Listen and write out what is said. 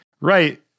Right